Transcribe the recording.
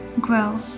grow